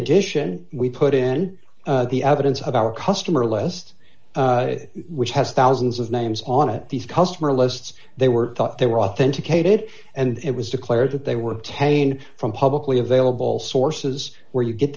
addition we put in the evidence of our customer list which has thousands of names on it these customer lists they were thought they were authenticated and it was declared that they were testing from publicly available sources where you get